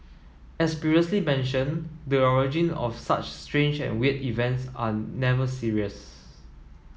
as previously mentioned the origin of such strange and weird events are never serious